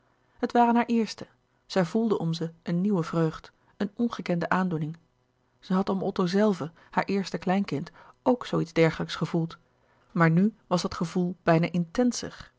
het waren haar eerste zij voelde om ze een nieuwe vreugd een ongekende aandoening zij had om otto zelven haar eerste kleinkind ook zoo iets dergelijks gevoeld maar nu was dat gevoel bijna intenser